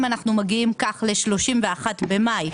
אם מגיעים כך ל-31 במאי,